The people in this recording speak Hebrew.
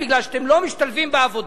כי אתם לא משתלבים בעבודה.